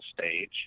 stage